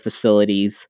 facilities